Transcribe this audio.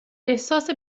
احساس